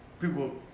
people